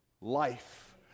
life